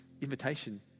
invitation